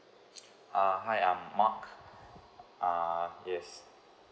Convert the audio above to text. uh hi I'm mark uh yes